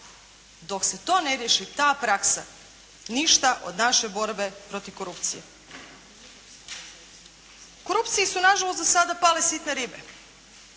Dok se to ne riješi ta praksa ništa od naše borbe protiv korupcije. U korupciji su nažalost do sada pale sitne ribe.